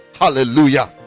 Hallelujah